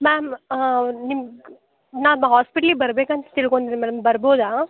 ma'am ನಿಮ್ಗ ನಾ ಹಾಸ್ಪಿಟ್ಲಿಗೆ ಬರ್ಬೇಕಂತ ತಿಳ್ಕೊಂಡಿದ್ದೀನಿ ಮೇಡಮ್ ಬರ್ಬೋದಾ